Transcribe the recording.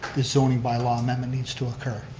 the zoning bylaw amendment needs to occur.